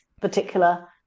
particular